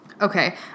Okay